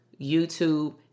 YouTube